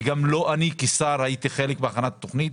גם אני כשר לא הייתי חלק מהכנת התכנית.